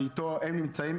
ואיתו הם נמצאים,